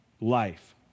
Life